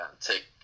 take